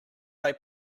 they